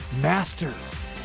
Masters